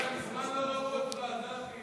ואללה, מזמן לא ראו אותך, דוד.